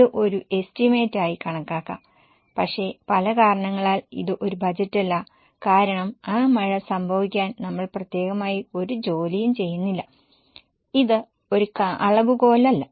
ഇത് ഒരു എസ്റ്റിമേറ്റ് ആയി കണക്കാക്കാം പക്ഷേ പല കാരണങ്ങളാൽ ഇത് ഒരു ബജറ്റല്ല കാരണം ആ മഴ സംഭവിക്കാൻ നമ്മൾ പ്രത്യേകമായി ഒരു ജോലിയും ചെയ്യുന്നില്ല ഇത് ഒരു അളവുകോലല്ല